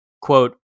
quote